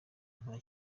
nta